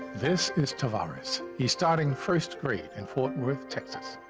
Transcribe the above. this is tavares. he's starting first grade in fort worth, texas.